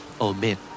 Omit